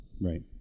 Right